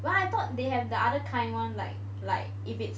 but I thought they have the other kind [one] like like if it's